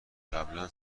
قبلا